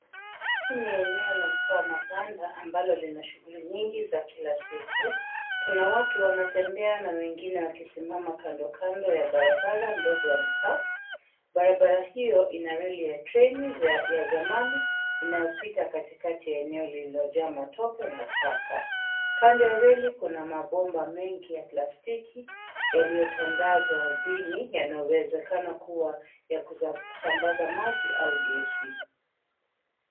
Hii ni eneo la mtaa wa mabanda ambalo lina shughuli nyingi za kila siku. Kuna watu wanatembea na wengine wakisimama kandokando ya barabara ndogo ya mtaa. Barabara hiyo ina reli ya treni za ya zamani inayopita katikati ya eneo lililojaa matope na taka. Kando ya reli kuna mabomba mengi ya plastiki yaliyotandazwa ardhini yanawezekana kuwa ya kusambaza maji au gesi.